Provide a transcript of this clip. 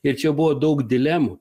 ir čia buvo daug dilemų